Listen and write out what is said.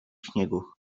śniegu